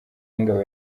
y’ingabo